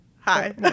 Hi